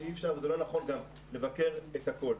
אי אפשר, וזה לא נכון גם, לבקר את הכול.